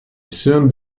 soon